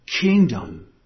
kingdom